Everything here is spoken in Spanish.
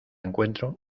encuentro